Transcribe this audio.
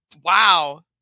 Wow